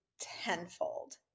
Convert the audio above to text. tenfold